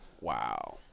Wow